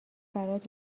برات